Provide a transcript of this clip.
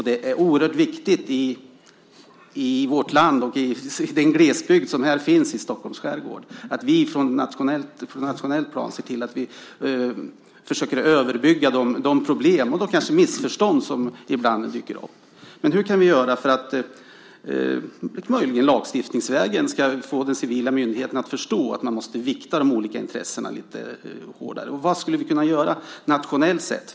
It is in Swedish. Det är oerhört viktigt i vårt land och den glesbygd som här finns i Stockholms skärgård att vi från det nationella planet försöker överbrygga de problem och kanske missförstånd som ibland dyker upp. Men hur kan vi göra för att vi, möjligen lagstiftningsvägen, ska få den civila myndigheten att förstå att man måste vikta de olika intressena lite hårdare, och vad skulle vi kunna göra nationellt sett?